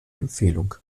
empfehlung